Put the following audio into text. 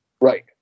Right